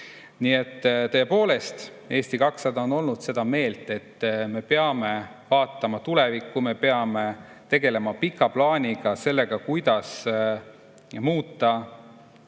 kaasa toonud. Eesti 200 on olnud seda meelt, et me peame vaatama tulevikku, me peame tegelema pika plaaniga, sellega, kuidas muuta